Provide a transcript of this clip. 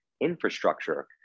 infrastructure